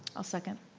i'll second.